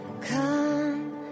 Come